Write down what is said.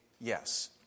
yes